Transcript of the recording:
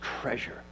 treasure